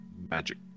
magic